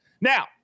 Now